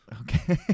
okay